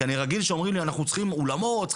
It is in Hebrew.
כי אני רגיל שאומרים לי אנחנו צריכים אולמות.